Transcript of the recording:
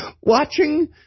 Watching